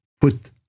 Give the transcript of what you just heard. put